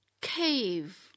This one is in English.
cave